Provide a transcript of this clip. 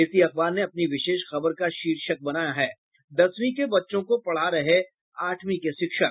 इसी अखबार ने अपनी विशेष खबर का शीर्षक बनाया है दसवीं के बच्चो को पढ़ा रहे आठवीं के शिक्षक